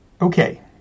Okay